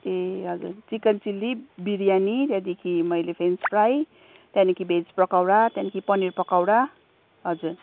ए हजुर chicken chilli biryani त्यहाँदेखि मैले फ्रेन्च फ्राई त्यहाँदेखि भेज पकौडा त्यहाँदेखि पनिर पकौडा हजुर